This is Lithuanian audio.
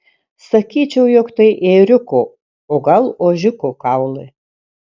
sakyčiau jog tai ėriuko o gal ožiuko kaulai